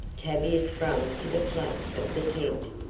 tavia sprang to the flap of the tent,